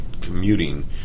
commuting